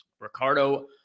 Ricardo